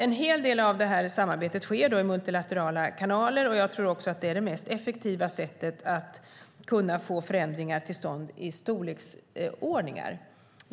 En hel del av samarbetet sker i multilaterala kanaler, och jag tror också att det är det mest effektiva sättet att kunna få förändringar till stånd i storleksordningar.